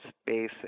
space